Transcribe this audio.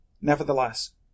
Nevertheless